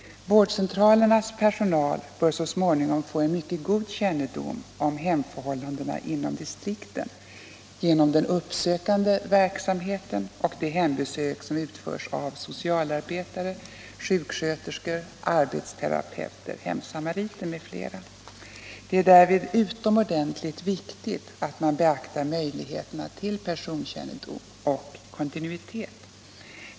Vårdcentralernas personal bör så småningom få en mycket god kännedom om hemförhållandena inom distrikten genom den uppsökande verksamhet och de hembesök som utförs av socialarbetare, sjuksköterskor, arbetsterapeuter, hemsamariter m.fl. Det är därvid utomordentligt viktigt att man beaktar möjligheterna till personkännedom och kontinuitet.